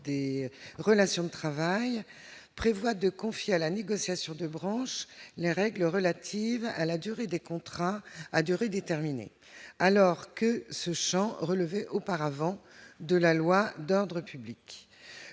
des relations de travail prévoit de confier à la négociation de branche les règles relatives à la durée des contrats à durée déterminée, alors que ce Champ relevé auparavant de la loi d'ordre public